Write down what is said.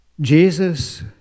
Jesus